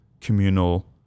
communal